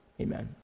amen